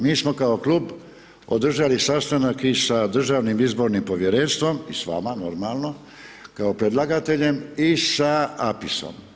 Mi smo kao klub održali sastanak i sa državnim izbornim povjerenstvom i sa vama normalno kao predlagateljem i sa APIS-om.